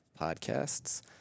Podcasts